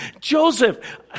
Joseph